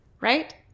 Right